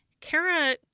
Kara